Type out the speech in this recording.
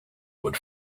would